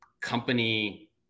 company